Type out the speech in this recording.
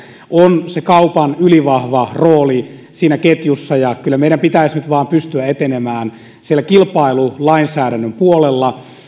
on kaupan ylivahva rooli siinä ketjussa ja meidän pitäisi nyt vaan pystyä etenemään siellä kilpailulainsäädännön puolella